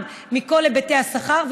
גם בכל היבטי השכר.